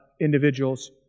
individuals